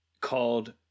called